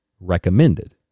recommended